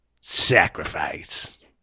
sacrifice